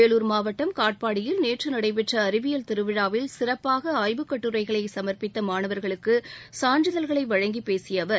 வேலூர் மாவட்டம் காட்பாடியில் நேற்று நடைபெற்ற அறிவியல் திருவிழாவில் சிறப்பாக ஆய்வுக் கட்டுரைகளை சமர்ப்பித்த மாணவர்களுக்கு சான்றிதழ்களை வழங்கிப்பேசிய அவர்